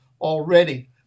already